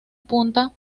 punta